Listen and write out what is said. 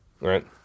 right